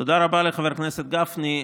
תודה רבה לחבר הכנסת גפני.